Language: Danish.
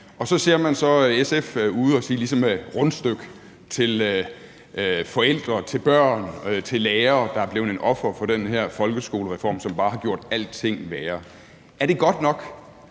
og sige, at det må I rundstykke til forældre til børn, til lærere, der er blevet ofre for den her folkeskolereform, som bare har gjort alting værre. Er det godt nok